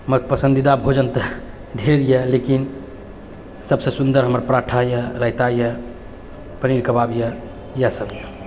हमर पसन्दीदा भोजन ढ़ेर यऽ लेकिन सबसँ सुन्दर हमर पराठा यऽ रायता यऽ पनीर कबाब यऽ इएह सब यऽ